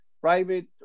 private